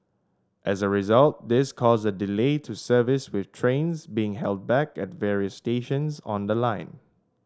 as a result this caused a delay to service with trains being held back at various stations on the line